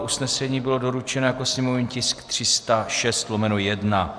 Usnesení bylo doručeno jako sněmovní tisk 306/1.